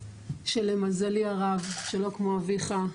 שלמזלי הרב שלא כמו אביך,